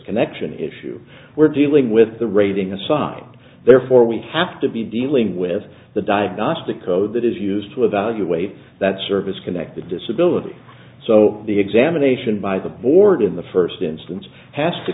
connection issue we're dealing with the rating assigned therefore we have to be dealing with the diagnostic code that is used to evaluate that service connected disability so the examination by the board in the first instance has to